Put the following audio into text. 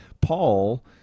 Paul